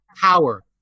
power